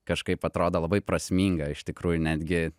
kažkaip atrodo labai prasminga iš tikrųjų netgi